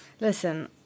listen